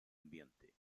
ambiente